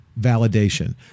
validation